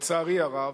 לצערי הרב,